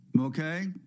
Okay